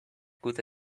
good